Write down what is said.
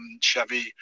Chevy